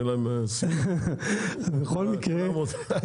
בכל מקרה,